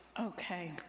Okay